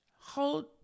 Hold